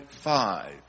five